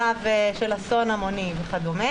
מצב של אסון המוני וכדומה